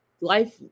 life